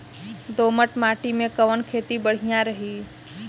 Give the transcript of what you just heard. दोमट माटी में कवन खेती बढ़िया रही?